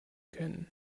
kennen